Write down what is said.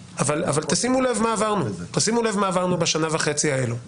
תשימו לב מה עברנו בשנה וחצי האלו.